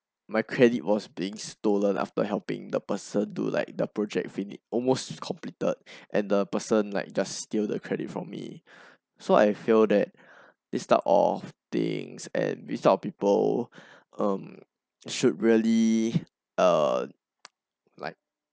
my credit was being stolen after helping the person do like the project finish almost completed and the person like just steal the credit from me so I feel that this type of thingand this sort of people um should really err like